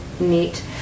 Neat